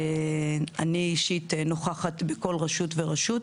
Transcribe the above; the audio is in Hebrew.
אני אישית נוכחת בכל רשות ורשות,